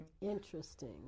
Interesting